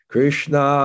Krishna